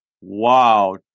wow